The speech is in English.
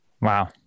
Wow